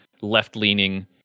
left-leaning